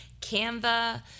Canva